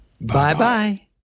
Bye-bye